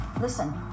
listen